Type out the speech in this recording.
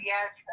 Yes